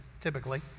typically